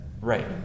Right